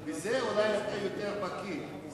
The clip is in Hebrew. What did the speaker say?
בזה אתה אולי יותר בקי.